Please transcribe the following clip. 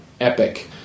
epic